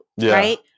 right